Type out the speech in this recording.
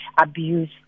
abuse